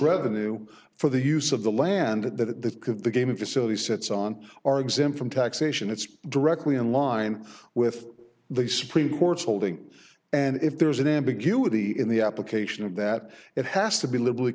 revenue for the use of the land that the game of facilities sits on are exempt from taxation it's directly in line with the supreme court's holding and if there's an ambiguity in the application of that it has to be libera